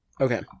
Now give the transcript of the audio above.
okay